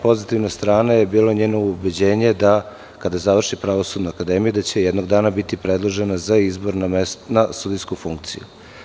Pozitivna strana je bila njeno ubeđenje da kada završi Pravosudnu akademiju, da će jednog dana biti predložena za izbor na sudijsku funkciju.